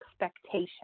expectation